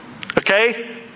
Okay